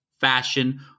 fashion